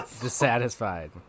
dissatisfied